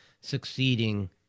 succeeding